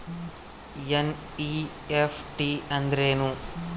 NEFT ಅಂದ್ರೆನು?